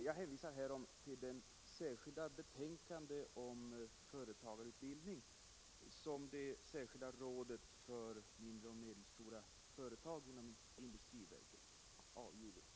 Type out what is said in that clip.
Jag hänvisar här till det särskilda betänkande om företagarutbildning som det särskilda rådet för mindre och medelstora företag inom industriverket har avgivit.